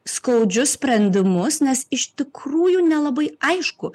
skaudžius sprendimus nes iš tikrųjų nelabai aišku